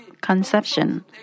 conception